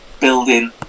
building